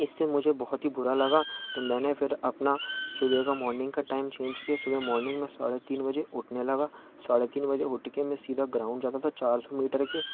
इससे मुझे बहुत ही बुरा लगा तो मैंने फिर अपना सुबह का मॉर्निंग का टाइम चेंज किया सुबह मॉर्निंग में साढ़े तीन बजे उठने लगा साढ़े तीन बजे उठ कर मैं सीधा ग्राउंड जाता था चार सौ मीटर के